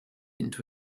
into